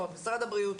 זאת אומרת משרד הבריאות,